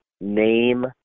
name